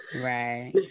right